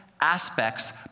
aspects